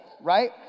right